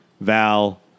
Val